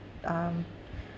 um